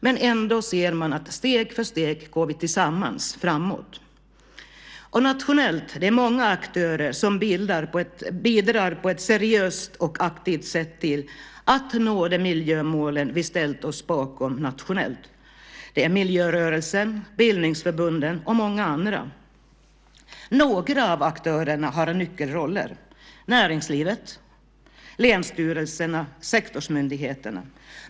Men ändå ser man att vi steg för steg går tillsammans framåt. Nationellt är det många aktörer som på ett seriöst och aktivt sätt bidrar till att nå de miljömål som vi har ställt oss bakom nationellt. Det är miljörörelsen, bildningsförbunden och många andra. Några av aktörerna har nyckelroller. Det är näringslivet, länsstyrelserna och sektorsmyndigheterna.